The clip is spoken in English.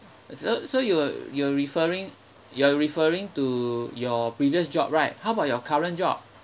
so so you you're referring you're referring to your previous job right how about your current job